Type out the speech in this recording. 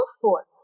four